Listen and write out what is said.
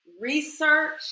research